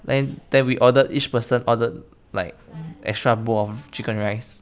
then we ordered each person ordered like extra bowl of chicken rice